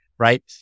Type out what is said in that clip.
right